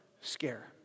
scare